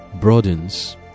broadens